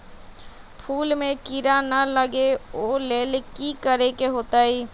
फूल में किरा ना लगे ओ लेल कि करे के होतई?